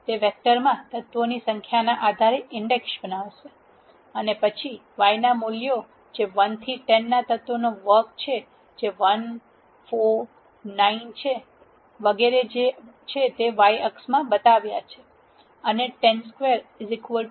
તે વેક્ટરમાં તત્વોની સંખ્યાના આધારે ઇન્ડેક્સ બનાવશે અને પછી y ના મૂલ્યો જે 1 થી 10 ના તત્વોના વર્ગ છે જે 1 4 9 છે અને વગેરે જે y અક્ષમાં બતાવ્યા છે અને 102 100